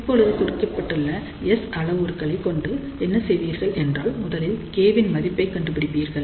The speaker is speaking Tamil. இப்போது கொடுக்கப்பட்ட S அளவுருக்களை கொண்டு என்ன செய்வீர்கள் என்றால் முதலில் K வின் மதிப்பை கண்டுபிடிப்பீர்கள்